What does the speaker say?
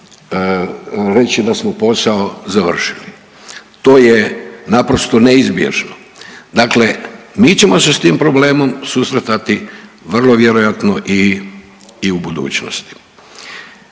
reći da smo posao završili. To je naprosto neizbježno. Dakle, mi ćemo se s tim problemom susretati vrlo vjerojatno i u budućnosti.